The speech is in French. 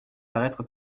paraître